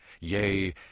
Yea